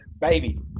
baby